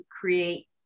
create